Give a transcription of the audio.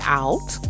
out